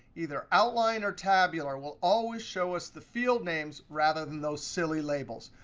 either outline or tabular will always show us the field names rather than those silly labels.